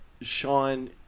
Sean